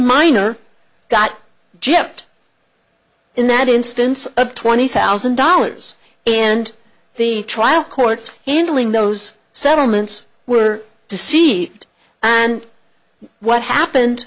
minor got gypped in that instance of twenty thousand dollars and the trial court's handling those settlements were to see it and what happened